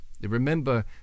remember